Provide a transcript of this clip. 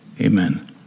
Amen